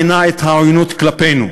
מְנע את העוינות כלפינו,